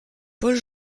paul